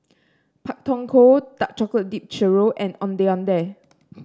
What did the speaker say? Pak Thong Ko Dark Chocolate Dipped Churro and Ondeh Ondeh